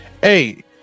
hey